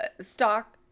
stock